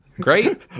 great